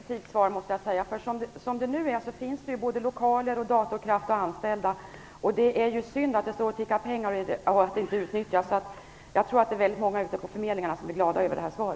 Fru talman! Det var ett positivt svar. Lokaler, datorkraft och anställda står nu och kostar pengar och det vore synd att inte utnyttja detta. Jag tror att väldigt många på arbetsförmedlingarna blir glada över detta svar.